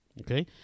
okay